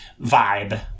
vibe